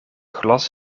glas